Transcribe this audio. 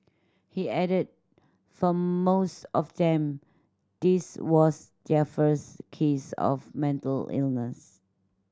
he added for most of them this was their first case of mental illness